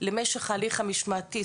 למשך ההליך המשמעתי.